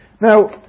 Now